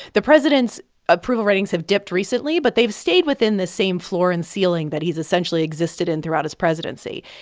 the president's approval ratings have dipped recently, but they've stayed within the same floor and ceiling that he's essentially existed in throughout his presidency.